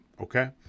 okay